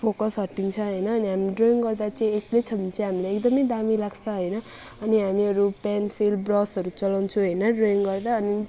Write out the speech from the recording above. focus हटिन्छ होइन अनि हामी ड्रइङ गर्दा चाहिँ एक्लै छ भने चाहिँ हामीलाई एकदमै दामी लाग्छ होइन अनि हामीहरू पेन्सिल ब्रसहरू चलाउँछौँ होइन ड्रइङ गर्दा अनि